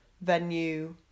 venue